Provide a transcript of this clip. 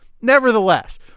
nevertheless